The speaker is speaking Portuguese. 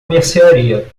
mercearia